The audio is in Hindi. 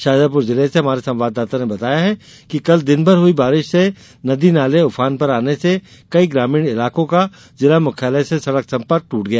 शाजापुर जिले से हमारे संवाददाता ने बताया कि कल दिन भर हुई बारिश से नदी नाले उफान पर आने से कई ग्रामीण इलाकों का जिला मुख्यालय से सड़क संपर्क ट्रट गया